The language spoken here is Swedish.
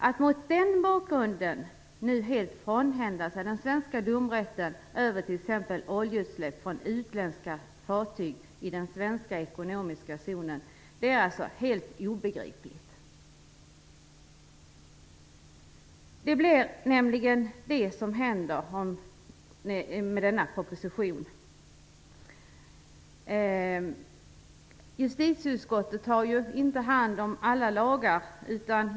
Att mot den bakgrunden nu helt frånhända sig den svenska domrätten över t.ex. oljeutsläpp från utländska fartyg i den svenska ekonomiska zonen är alltså något som är helt obegripligt. Det är ju vad som händer i och med denna proposition. Justitieutskottet har inte hand om alla lagar.